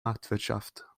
marktwirtschaft